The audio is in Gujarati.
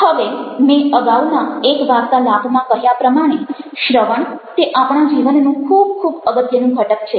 હવે મેં અગાઉના એક વાર્તાલાપમાં કહ્યા પ્રમાણે શ્રવણ તે આપણા જીવનનું ખૂબ ખૂબ અગત્યનું ઘટક છે